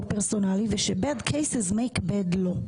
פרסונלי ושמקרים רעים עושים חוקים רעים.